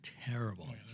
terrible